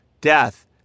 Death